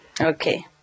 Okay